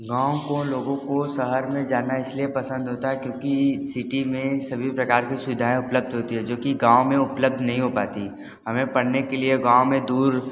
गाँव को लोगों को शहर में जाना इसलिए पसंद होता है क्योंकि सिटी में सभी प्रकार की सुविधाएँ उपलब्ध होती हैं जो कि गाँव में उपलब्ध नहीं हो पाती हमें पढ़ने के लिए गाँव में दूर